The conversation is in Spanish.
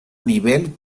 nivel